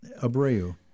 Abreu